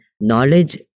knowledge